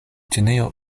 ĉinio